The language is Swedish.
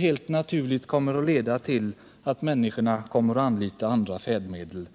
helt naturligt till att människorna kommer att anlita andra färdmedel.